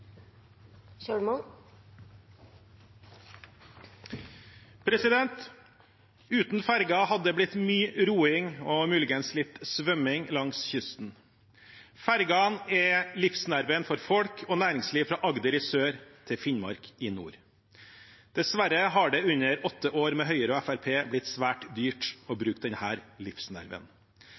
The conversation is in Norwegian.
Uten ferger hadde det blitt mye roing og muligens litt svømming langs kysten. Fergene er livsnerven for folk og næringsliv fra Agder i sør til Finnmark i nord. Dessverre har det under åtte år med Høyre og Fremskrittspartiet blitt svært dyrt å bruke denne livsnerven.